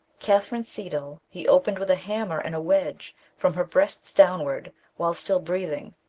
catherine seidel he opened with a hammer and a wedge, from her breast downwards, whilst still breathing.